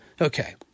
Okay